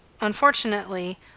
unfortunately